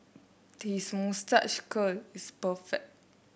his moustache curl is perfect